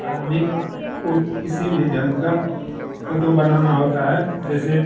आदमी को किसी भी ढंग का फोटो बनाना होता है जैसे